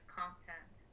content